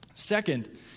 Second